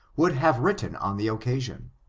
would have written on the occasion,